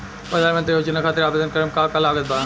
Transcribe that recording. प्रधानमंत्री योजना खातिर आवेदन करम का का लागत बा?